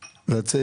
לצאת,